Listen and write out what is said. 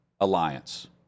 alliance